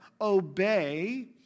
obey